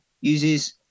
uses